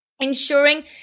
ensuring